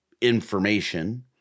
information